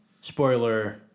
spoiler